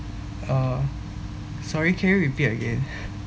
uh sorry can you repeat again